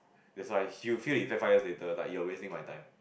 that's why she will feel the effect five years later like you are wasting my time